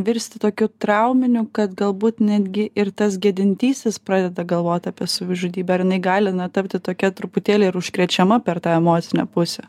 virsti tokiu trauminiu kad galbūt netgi ir tas gedintysis pradeda galvot apie savižudybę ar jinai gali na tapti tokia truputėlį ir užkrečiama per tą emocinę pusę